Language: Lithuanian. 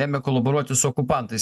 ėmė kolaboruoti su okupantais